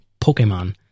Pokemon